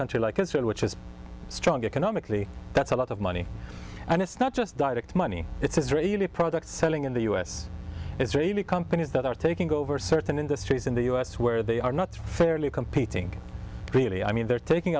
country like israel which is strong economically that's a lot of money and it's not just direct money it's israeli products selling in the u s israeli companies that are taking over certain industries in the u s where they are not fairly competing really i mean they're taking